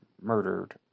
murdered